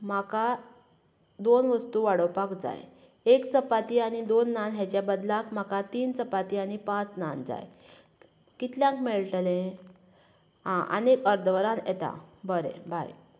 म्हाका दोन वस्तू वाडोवपाक जाय एक चपाती आनी दोन नान हेच्या बदलांक तीन चपाती आनी पांच नान जाय कितल्यांक मेळटले आं आनीक अर्द वरान येता बरें बाय